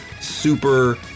super